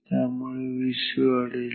त्यामुळे Vc वाढेल